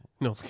No